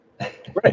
Right